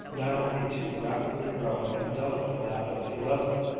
now a too rapidly growing and delicate lad of eleven,